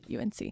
UNC